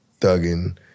Thugging